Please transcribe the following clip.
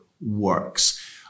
works